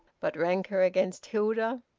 but rancour against hilda!